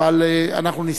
אבל אנחנו נסתדר.